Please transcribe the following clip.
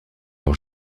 leur